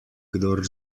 kdor